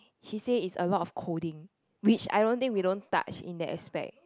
she say it's a lot of coding which I don't think we don't touch in that aspect